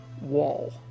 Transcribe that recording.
wall